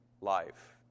life